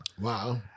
Wow